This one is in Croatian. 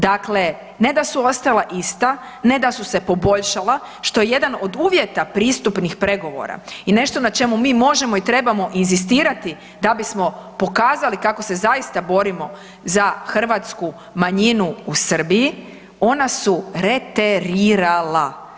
Dakle, ne da su ostala ista, ne da su se poboljšala, što je jedan od uvjeta pristupnih pregovora i nešto na čemu mi možemo i trebamo inzistirati da bismo pokazali kako se zaista borimo za hrvatsku manjinu u Srbiji, ona su reterirala.